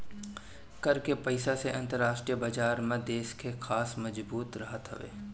कर के पईसा से अंतरराष्ट्रीय बाजार में देस के साख मजबूत रहत हवे